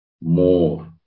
more